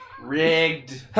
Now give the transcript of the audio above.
Rigged